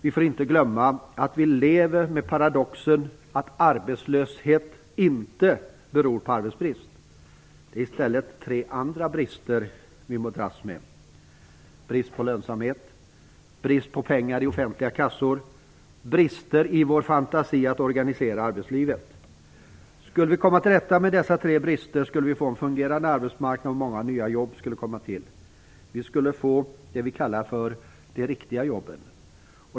Vi får inte glömma att vi lever med paradoxen att arbetslöshet inte beror på arbetsbrist. Det är i stället följande tre brister vi får dras med: Brist på lönsamhet, brist på pengar i offentliga kassor och brister i vår fantasi när det gäller att organisera arbetslivet. Skulle vi komma till rätta med dessa tre brister skulle vi få en fungerande arbetsmarknad och många nya jobb skulle skapas. Vi skulle få det vi kallar för de riktiga jobben.